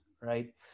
right